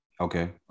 Okay